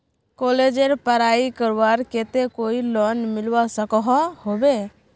कॉलेजेर पढ़ाई करवार केते कोई लोन मिलवा सकोहो होबे?